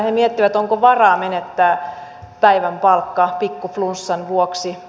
he miettivät onko varaa menettää päivän palkka pikku flunssan vuoksi